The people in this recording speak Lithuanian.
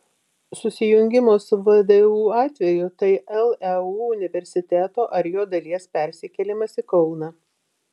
susijungimo su vdu atveju tai leu universiteto ar jo dalies persikėlimas į kauną